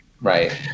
right